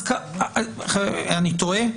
אני טועה?